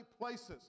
places